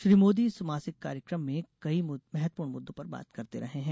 श्री मोदी इस मासिक कार्यक्रम में कई महत्वपूर्ण मुद्दों पर बात करते रहे हैं